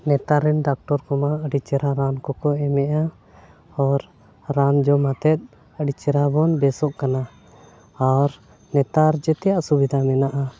ᱱᱮᱛᱟᱨ ᱨᱮᱱ ᱰᱟᱠᱴᱚᱨ ᱠᱚᱢᱟ ᱟᱹᱰᱤ ᱪᱮᱦᱨᱟ ᱨᱟᱱ ᱠᱚᱠᱚ ᱮᱢᱮᱫᱼᱟ ᱟᱨ ᱨᱟᱱ ᱡᱚᱢ ᱠᱟᱛᱮᱫ ᱟᱹᱰᱤ ᱪᱮᱨᱦᱟ ᱵᱚᱱ ᱵᱮᱥᱚᱜ ᱠᱟᱱᱟ ᱟᱨ ᱱᱮᱛᱟᱨ ᱡᱚᱛᱚᱣᱟᱜ ᱥᱩᱵᱤᱫᱷᱟ ᱢᱮᱱᱟᱜᱼᱟ